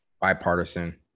bipartisan